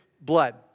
blood